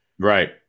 Right